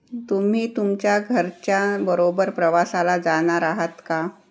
तुम्ही तुमच्या घरच्याबरोबर प्रवासाला जाणार आहात का